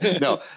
no